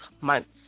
months